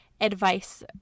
advice